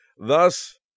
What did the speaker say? Thus